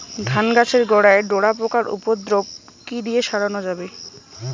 ধান গাছের গোড়ায় ডোরা পোকার উপদ্রব কি দিয়ে সারানো যাবে?